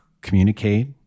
communicate